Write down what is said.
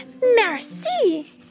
merci